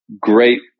great